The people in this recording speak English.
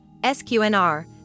SQNR